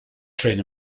trên